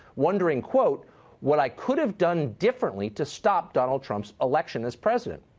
wondering, quote what i could have done differently to stop donald trump's election as president.